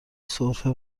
سرفه